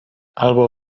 albo